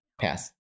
pass